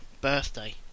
birthday